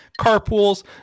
carpools